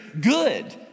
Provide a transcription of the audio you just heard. good